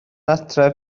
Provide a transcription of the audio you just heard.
adref